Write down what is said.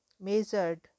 measured